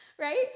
right